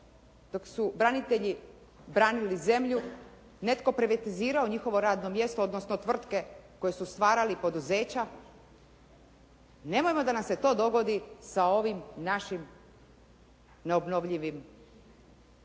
dok su branitelji branili zemlju netko privatizirao njihovo radno mjesto odnosno tvrtke koji su stvarali poduzeća nemojmo da nam se to dogodi sa ovim našim neobnovljivim resursima